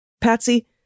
Patsy